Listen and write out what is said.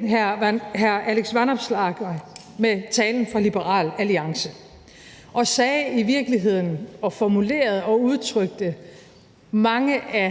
hr. Alex Vanopslagh igen med talen for Liberal Alliance og sagde og formulerede og udtrykte i